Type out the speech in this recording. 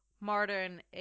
modern